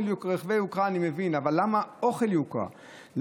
רכבי יוקרה אני מבין, אבל למה אוכל יוקרה?